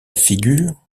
figure